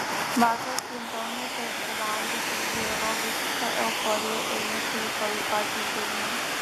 vakar trumpiau nei per dvi valandas išgyvenau visišką euforiją ir nusiritau į patį dugną